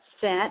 sent